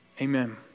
amen